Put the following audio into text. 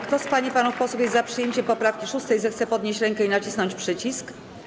Kto z pań i panów posłów jest za przyjęciem poprawki 6., zechce podnieść rękę i nacisnąć przycisk.